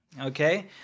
okay